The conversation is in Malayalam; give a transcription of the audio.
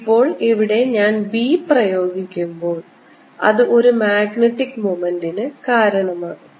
ഇപ്പോൾ ഇവിടെ ഞാൻ B പ്രയോഗിക്കുമ്പോൾ അത് ഒരു മാഗ്നറ്റിക് മൊമൻറ്ന് കാരണമാകും